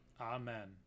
amen